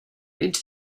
into